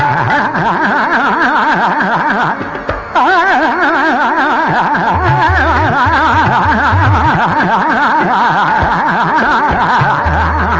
aa aa